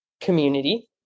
community